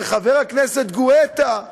וחבר הכנסת גואטה,